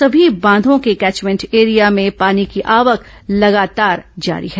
सभी बांधों के कैचमेंट एरिया में पानी की आवक लगातार जारी है